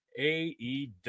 aew